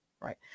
right